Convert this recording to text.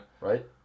Right